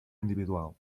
individual